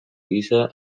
gisa